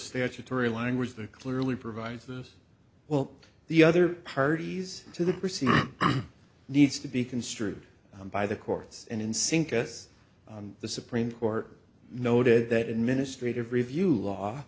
statutory language that clearly provides this well the other parties to the procedure needs to be construed by the courts and in sync us the supreme court noted that administrative review law